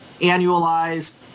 annualized